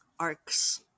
arcs